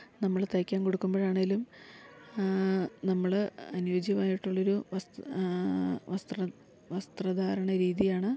നമ്മള് തയ്ക്കാൻ കൊടുക്കുമ്പൊഴാണേലും നമ്മള് അനുയോജ്യമായിട്ടുള്ളൊരു വസ്ത് വസ്ത്ര വസ്ത്ര ധാരണ രീതിയാണ്